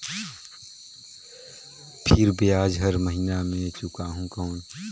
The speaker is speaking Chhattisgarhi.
फिर ब्याज हर महीना मे चुकाहू कौन?